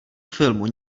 filmu